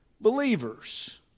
believers